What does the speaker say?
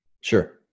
Sure